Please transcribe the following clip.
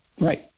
Right